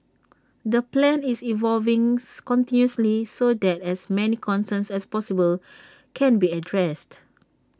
the plan is evolving continuously so that as many concerns as possible can be addressed